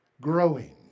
growing